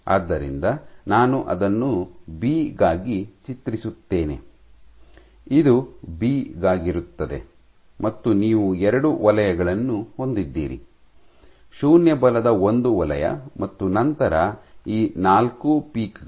ಆದ್ದರಿಂದ ನಾನು ಅದನ್ನು ಬಿ ಗಾಗಿ ಚಿತ್ರಿಸುತ್ತೇನೆ ಇದು ಬಿ ಗಾಗಿರುತ್ತದೆ ಮತ್ತು ನೀವು ಎರಡು ವಲಯಗಳನ್ನು ಹೊಂದಿದ್ದೀರಿ ಶೂನ್ಯ ಬಲದ ಒಂದು ವಲಯ ಮತ್ತು ನಂತರ ಈ ನಾಲ್ಕು ಪೀಕ್ ಗಳು